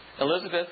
Elizabeth